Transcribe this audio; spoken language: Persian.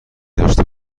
داشته